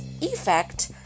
effect